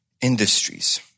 industries